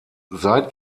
seit